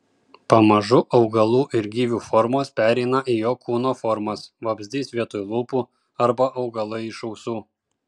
pamažu augalų ir gyvių formos pereina į jo kūno formas vabzdys vietoj lūpų arba augalai iš ausų